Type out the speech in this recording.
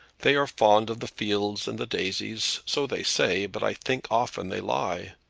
they are fond of the fields and the daisies. so they say but i think often they lie.